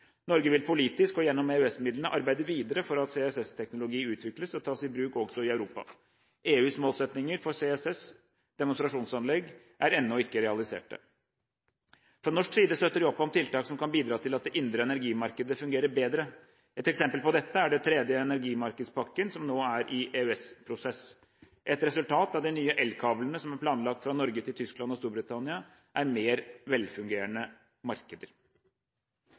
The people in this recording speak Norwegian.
Norge vil politisk og gjennom EØS-midlene arbeide videre for at CCS-teknologi utvikles og tas i bruk også i Europa. EUs målsettinger for CCS demonstrasjonsanlegg er ennå ikke realiserte. Fra norsk side støtter vi opp om tiltak som kan bidra til at det indre energimarkedet fungerer bedre. Et eksempel på dette er den tredje energimarkedspakken, som nå er i EØS-prosess. Et resultat av de nye elkablene som er planlagt fra Norge til Tyskland og Storbritannia, er mer velfungerende markeder.